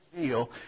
deal